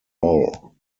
roll